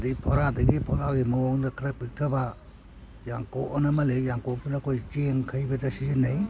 ꯑꯗꯩ ꯐꯧꯔꯥꯗꯒꯤ ꯐꯧꯔꯥꯒꯤ ꯃꯑꯣꯡꯗ ꯈꯔ ꯄꯤꯛꯊꯕ ꯌꯥꯡꯀꯣꯛ ꯑꯅ ꯑꯃ ꯂꯩ ꯌꯥꯡꯀꯣꯛꯇꯨꯅ ꯑꯩꯈꯣꯏꯒꯤ ꯆꯦꯡ ꯈꯩꯕꯗ ꯁꯤꯖꯟꯅꯩ